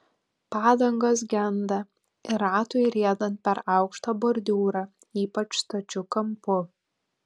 padangos genda ir ratui riedant per aukštą bordiūrą ypač stačiu kampu